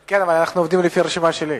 כן, אבל אנחנו עובדים לפי הרשימה שלי.